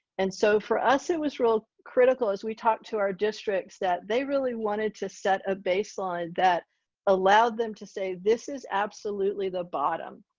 and so for us it was real critical as we talked to our districts that they really wanted to set a baseline that allowed them to say this is absolutely the bottom.